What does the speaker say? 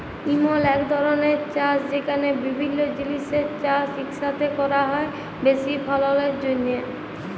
ইমল ইক ধরলের চাষ যেখালে বিভিল্য জিলিসের চাষ ইকসাথে ক্যরা হ্যয় বেশি ফললের জ্যনহে